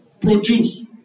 produce